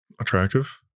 attractive